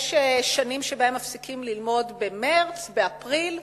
יש שנים שבהן מפסיקים ללמוד במרס, באפריל.